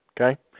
Okay